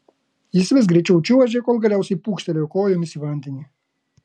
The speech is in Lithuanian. jis vis greičiau čiuožė kol galiausiai pūkštelėjo kojomis į vandenį